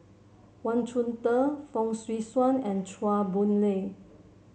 Wang Chunde Fong Swee Suan and Chua Boon Lay